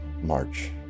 march